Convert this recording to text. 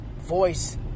voice